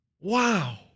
Wow